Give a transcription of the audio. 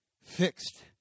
Fixed